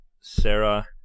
Sarah